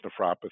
nephropathy